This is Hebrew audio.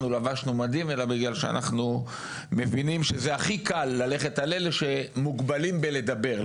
אלא בגלל שאנחנו מבינים שזה הכי קל ללכת על אלה שמוגבלים בלדבר.